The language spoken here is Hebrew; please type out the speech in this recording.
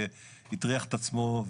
שהוא הטריח את עצמו.